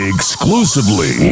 Exclusively